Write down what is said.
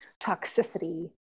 toxicity